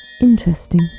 Interesting